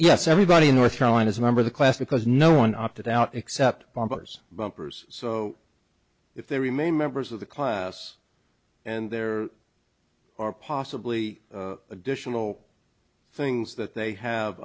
yes everybody in north carolina's member the class because no one opted out except barbers bumpers so if they remain members of the class and there are possibly additional things that they have